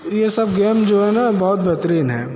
ये सब गेम जो है ना बहुत बेहतरीन है